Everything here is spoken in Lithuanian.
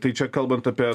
tai čia kalbant apie